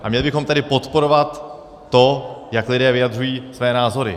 A měli bychom tedy podporovat to, jak lidé vyjadřují své názory.